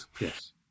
Yes